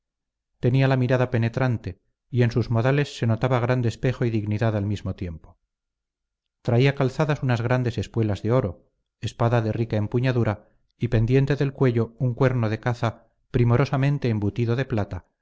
tenía la mirada penetrante y en sus modales se notaba gran despejo y dignidad al mismo tiempo traía calzadas unas grandes espuelas de oro espada de rica empuñadura y pendiente del cuello un cuerno de caza primorosamente embutido de plata